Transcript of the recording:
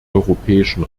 europäischen